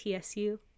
TSU